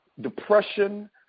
depression